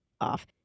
off